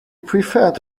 preferred